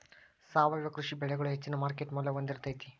ಸಾವಯವ ಕೃಷಿ ಬೆಳಿಗೊಳ ಹೆಚ್ಚಿನ ಮಾರ್ಕೇಟ್ ಮೌಲ್ಯ ಹೊಂದಿರತೈತಿ